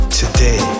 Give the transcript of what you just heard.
today